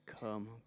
Come